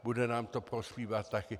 Bude nám to prospívat také.